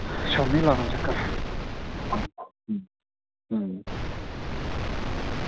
शाम्मीं लाना चक्कर